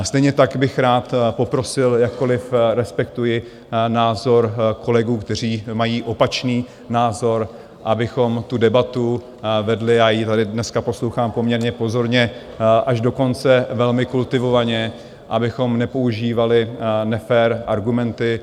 Stejně tak bych rád poprosil, jakkoliv respektuji názor kolegů, kteří mají opačný názor, abychom debatu vedli já ji tady dnes poslouchám poměrně pozorně až do konce velmi kultivovaně, abychom nepoužívali nefér argumenty.